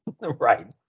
Right